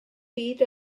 byd